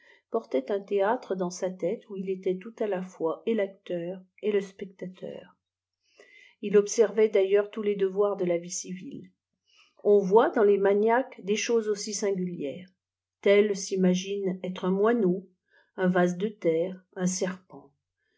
portait un théâtre dans sa lôte où il était tout k la fois et tacteur et le spectateur il observait d'ailleurs tous les devoirs de la vie civile on voit dan les maniaques dfesi choses aussi singulières tel s'imagine êtie un jboiheau ia vase de terre un serpent